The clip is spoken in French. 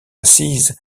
assises